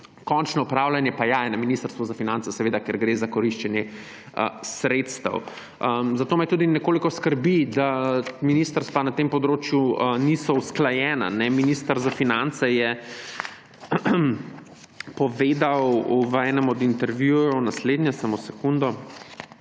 Končno upravljanje pa –ja, je na Ministrstvu za finance, seveda, ker gre za koriščenje sredstev. Zato me tudi nekoliko skrbi, da ministrstva na tem področju niso usklajena. Minister za finance je povedal v enem od intervjujev naslednje, da